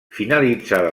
finalitzada